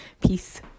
Peace